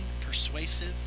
persuasive